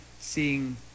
seeing